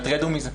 שאומרת: רדו מזה,